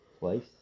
place